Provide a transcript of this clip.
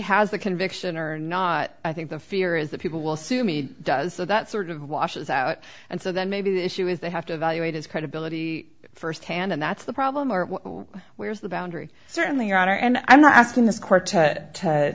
the conviction or not i think the fear is that people will sue me does so that sort of washes out and so that maybe the issue is they have to evaluate his credibility first hand and that's the problem or where's the boundary certainly your honor and i'm not asking this court to